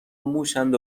موشاند